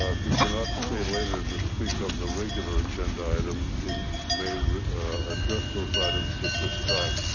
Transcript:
ah if you cannot stay later to speak on the regular agenda items, you may address those items at this time.